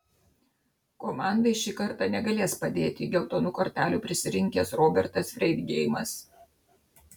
komandai šį kartą negalės padėti geltonų kortelių prisirinkęs robertas freidgeimas